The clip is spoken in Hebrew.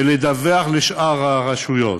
ולדווח לשאר הרשויות.